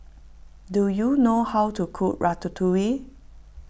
do you know how to cook Ratatouille